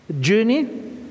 journey